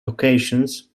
locations